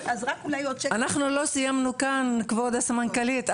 אנחנו לא סיימנו כאן כבוד הסמנכ"לית,